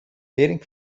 dating